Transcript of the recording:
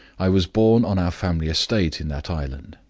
i was born on our family estate in that island,